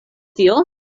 tio